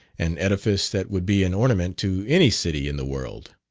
an edifice that would be an ornament to any city in the world.